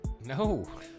No